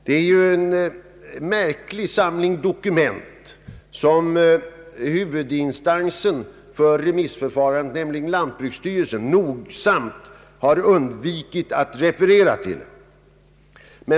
Det är en märklig samling dokument, som huvudinstansen för remissförfarandet, nämligen lantbruksstyrelsen, noga har undvikit att referera till.